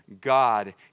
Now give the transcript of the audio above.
God